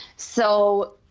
so,